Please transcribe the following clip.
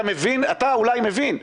אתה אולי מבין.